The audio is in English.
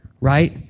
right